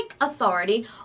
authority